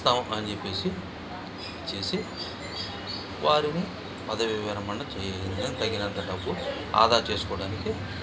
ఇస్తాం అని చెప్పి చేసి వారుని పదవీ విరమణ చేయ తగినంత డబ్బు ఆదా చేసుకోవడానికి